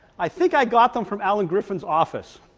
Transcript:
i think i got them from alan griffin's office